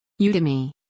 Udemy